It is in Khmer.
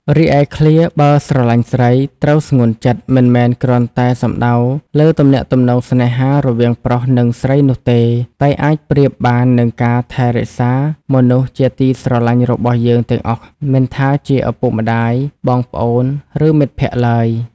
រីឯឃ្លា បើស្រឡាញ់ស្រី ត្រូវស្ងួនចិត្ត មិនមែនគ្រាន់តែសំដៅលើទំនាក់ទំនងស្នេហារវាងប្រុសនិងស្រីនោះទេ តែអាចប្រៀបបាននឹងការថែរក្សាមនុស្សជាទីស្រឡាញ់របស់យើងទាំងអស់ មិនថាជាឪពុកម្តាយ បងប្អូន ឬមិត្តភក្តិឡើយ។